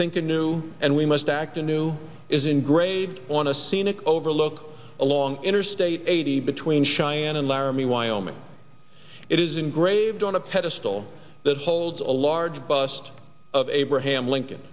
think anew and we must act a new is engraved on a scenic overlook along interstate eighty between cheyenne and laramie wyoming it is engraved on a pedestal that holds a large bust of abraham lincoln